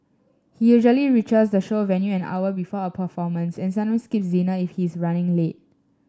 he usually reaches the show venue an hour before a performance and sometimes skips dinner if he is running late